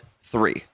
three